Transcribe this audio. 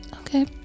Okay